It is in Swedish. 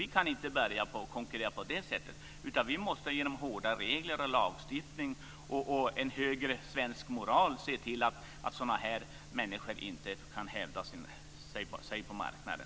Vi kan inte börja konkurrera på det sättet. Vi måste genom hårda regler, lagstiftning och en högre svensk moral se till att sådana här människor inte kan hävda sig på marknaden.